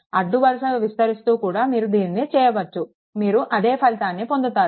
అడ్డు వరుస విస్తరిస్తూ కూడా మీరు దీన్ని చేయవచ్చు మీరు అదే ఫలితాన్ని పొందుతారు